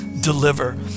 deliver